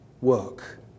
work